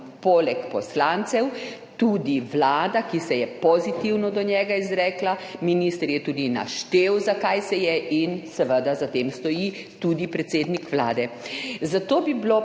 poleg poslancev tudi vlada, ki se je pozitivno do njega izrekla, minister je tudi naštel, zakaj se je, in seveda za tem stoji tudi predsednik Vlade. Zato bi bilo